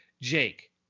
Jake